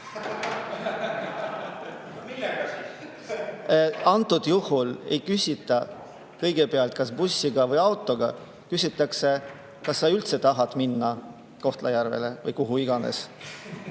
Antud juhul ei küsita, kas bussiga või autoga, küsitakse, kas sa üldse tahad minna Kohtla-Järvele või kuhu iganes.